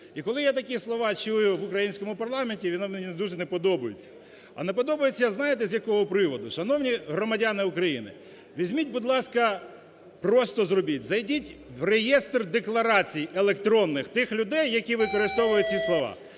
І коли я такі слова чую в українському парламенті, вони мені дуже не подобаються. А не подобаються, знаєте, з якого приводу? Шановні громадяни України, візьміть, будь ласка, просто зробіть, зайдіть в реєстр декларацій електронних тих людей, які використовують ці слова.